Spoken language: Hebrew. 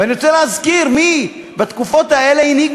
ואני רוצה להזכיר מי בתקופות האלה הנהיג